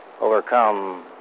overcome